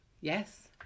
Yes